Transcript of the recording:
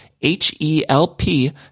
H-E-L-P